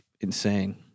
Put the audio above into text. insane